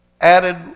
added